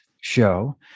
show